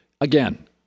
Again